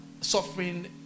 suffering